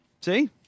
See